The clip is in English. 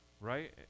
right